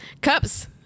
Cups